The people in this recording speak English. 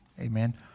Amen